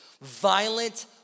violent